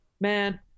man